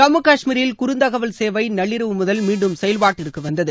ஜம்மு காஷ்மீரில் குறுந்தகவல் சேவை நள்ளிரவு முதல் மீண்டும் செயல்பாட்டிற்கு வந்தது